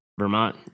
vermont